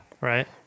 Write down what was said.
right